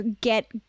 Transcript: get